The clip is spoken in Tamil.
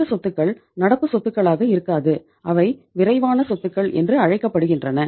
இந்த சொத்துக்கள் நடப்பு சொத்துகளாக இருக்காது அவை விரைவான சொத்துக்கள் என்று அழைக்கப்படுகின்றன